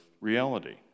reality